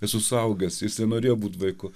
esu suaugęs jis nenorėjo būt vaiku